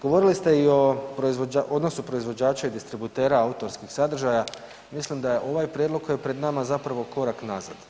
Govorili ste i o odnosu proizvođača i distributera autorskih sadržaja, mislim da ovaj prijedlog koji je pred nama zapravo korak unazad.